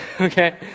okay